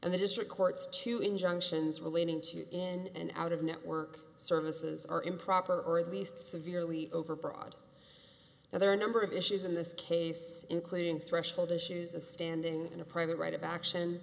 and the district courts to injunctions relating to and out of network services are improper or at least severely overbroad now there are a number of issues in this case including threshold issues of standing in a private right of action